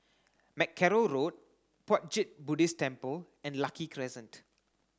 Mackerrow Road Puat Jit Buddhist Temple and Lucky Crescent